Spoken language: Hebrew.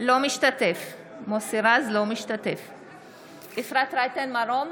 אינו משתתף בהצבעה אפרת רייטן מרום,